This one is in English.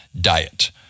diet